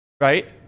right